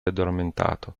addormentato